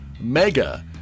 mega